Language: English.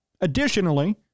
Additionally